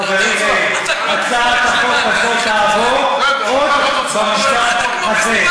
חברי מאיר: הצעת החוק הזאת תעבור עוד במושב הזה.